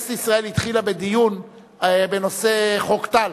כנסת ישראל התחילה בדיון בנושא חוק טל.